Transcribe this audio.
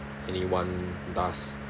anyone does